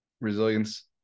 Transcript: resilience